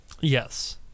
Yes